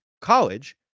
college